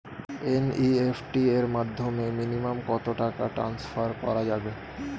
NEFT এর মাধ্যমে minimum কত টাকা টান্সফার করা যাবে?